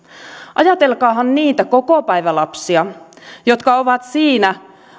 ajatelkaahan niitä kokopäivälapsia jotka ovat siinä